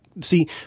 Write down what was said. see